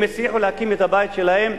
הצליחו להקים את הבית שלהם.